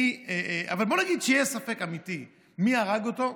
אבל בואו נגיד שיש ספק אמיתי מי הרג אותו,